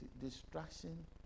distraction